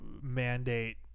mandate